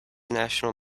national